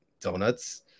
donuts